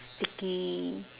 sticky